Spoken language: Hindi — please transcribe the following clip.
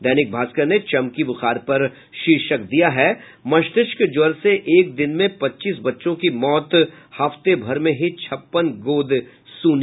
दैनिक भास्कर ने चमकी बुखार पर शीर्षक दिया है मस्तिष्क ज्वर से एक दिन में पच्चीस बच्चों की मौत हफ्ते भर में ही छप्पन गोदें सूनी